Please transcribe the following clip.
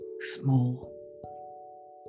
small